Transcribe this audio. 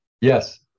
Yes